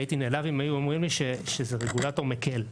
הייתי נעלב אם היו אומרים לי שזה רגולטור מקל.